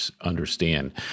understand